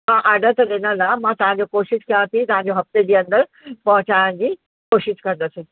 हा ऑर्डर त ॾिनलु आहे मां तव्हांजो कोशिशि कयां थी तव्हांजो हफ़्ते जे अंदरि पहुचाइण जी कोशिशि कंदसि